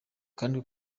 kandi